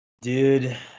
Dude